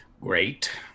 Great